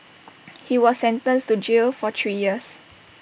he was sentenced to jail for three years